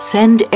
Send